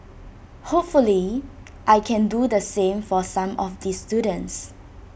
hopefully I can do the same for some of the students